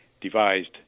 devised